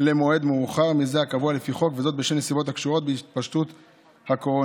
למועד מאוחר מזה הקבוע לפי חוק בשל נסיבות הקשורות בהתפשטות הקורונה.